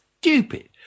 stupid